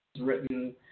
written